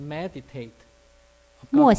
meditate